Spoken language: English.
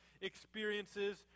experiences